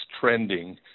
trending